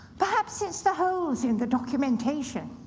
perhaps it's the holes in the documentation.